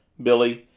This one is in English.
billy,